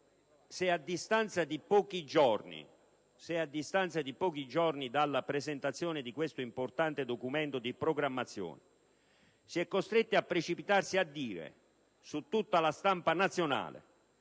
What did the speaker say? Se a distanza di pochi giorni dalla presentazione di questo importante documento di programmazione, si è costretti a precipitarsi a dire, su tutta la stampa nazionale,